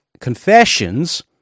confessions